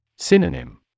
Synonym